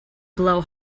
blow